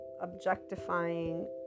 objectifying